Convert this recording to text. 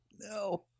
No